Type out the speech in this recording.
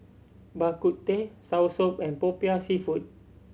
Bak Kut Teh soursop and Popiah Seafood